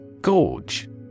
Gorge